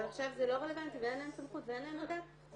עכשיו זה לא רלוונטי ואין להם סמכות ואין להם --- מוזר.